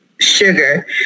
sugar